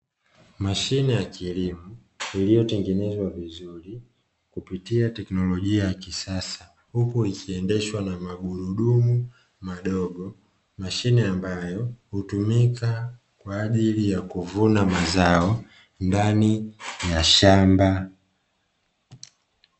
Mashine ya kilimo iliyotengenezwa vizuri kupitia teknolojia ya kisasa huku ikiendeshwa na magurudumu madogo, mashine ambayo hutumika kwa ajili ya kuvuna mazao ndani ya shamba.